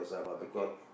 okay